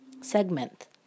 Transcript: segment